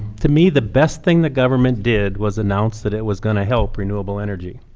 to me, the best thing the government did was announce that it was going to help renewable energy.